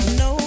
no